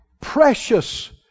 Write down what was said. precious